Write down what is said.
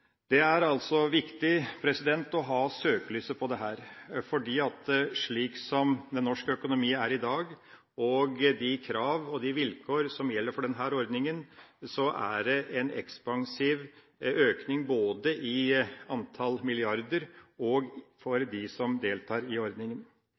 mrd. kr, altså nærmere 4 mrd. kr mindre enn det som det nå ser ut til skal bli regnskapstall for 2012. Det er viktig å ha søkelyset på dette. Slik norsk økonomi er i dag, og med de krav og de vilkår som gjelder for denne ordninga, er det en ekspansiv økning i både antall